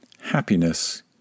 happiness